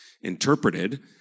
interpreted